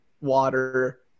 Water